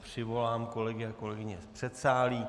Přivolám kolegy a kolegyně z předsálí.